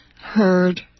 heard